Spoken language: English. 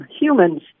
humans